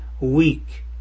week